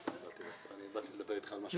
אני באתי לדבר אתך על משהו אחר.